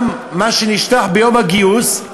גם מה שנשלח ביום הגיוס,